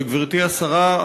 וגברתי השרה,